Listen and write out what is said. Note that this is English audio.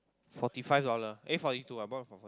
forty five dollar eh forty two I bought it for for